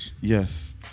Yes